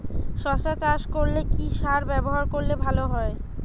শশা চাষ করলে কি সার ব্যবহার করলে ভালো হয়?